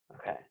Okay